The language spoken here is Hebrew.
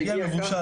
זה הגיע ככה.